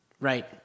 Right